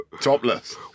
Topless